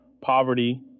Poverty